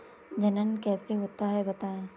जनन कैसे होता है बताएँ?